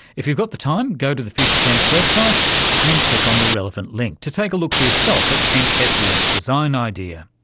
if you've got the time, go to the future tense website and click on the relevant link to take a look for yourself at henk hesselink's design idea.